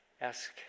ask